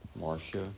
Marcia